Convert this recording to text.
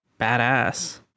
Badass